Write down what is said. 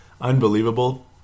Unbelievable